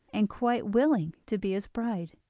and quite willing to be his bride.